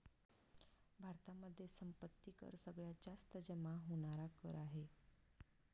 भारतामध्ये संपत्ती कर सगळ्यात जास्त जमा होणार कर आहे